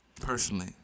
personally